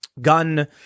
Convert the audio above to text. gun